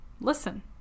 listen